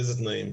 באיזה תנאים,